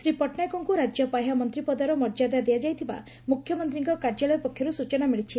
ଶ୍ରୀ ପଟ୍ଟନାୟକଙ୍କୁ ରାଜ୍ୟ ପାହ୍ୟା ମନ୍ତୀପଦର ମର୍ଯ୍ୟାଦା ଦିଆଯାଇଥିବା ମୁଖ୍ୟମନ୍ତୀଙ୍କ କାର୍ଯ୍ୟାଳୟ ପକ୍ଷରୁ ସୂଚନା ମଳିଛି